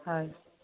হয়